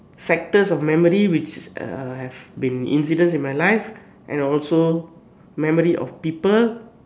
sectors of memory which uh have been incident in my life and also memory of people